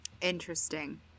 Interesting